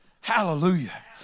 Hallelujah